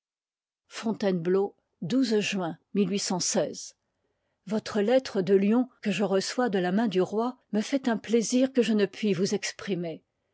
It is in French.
fontainebleau juin liy i votre lettre de lyon que je reçois de la main du roi me fait un plaisir que je ne puis vous exprimer